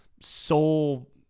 soul